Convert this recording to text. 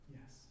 yes